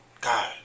God